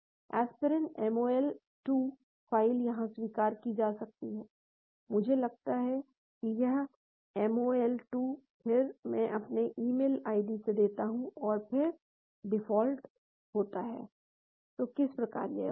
aspirin MOL 2 file यहाँ स्वीकार की जाती है मुझे लगता है कि यह एमओएल 2 है फिर मैं अपना ईमेल आईडी देता हूं और फिर डिफ़ॉल्ट होता है तो किस प्रकार यह होता है